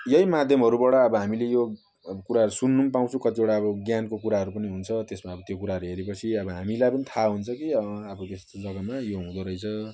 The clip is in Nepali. यही माध्यमहरूबाट अब हामीले यो अब कुराहरू सुन्नु पाउँछौँ कतिवटा अब ज्ञानको कुराहरू पनि हुन्छ त्यसमा अब त्यो कुराहरू हेरे पछि अब हामीलाई पनि थाहा हुन्छ कि अब यस्तो जगामा यो हुँदो रहेछ